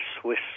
Swiss